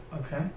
Okay